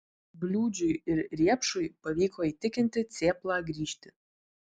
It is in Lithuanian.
bliūdžiui ir riepšui pavyko įtikinti cėplą grįžti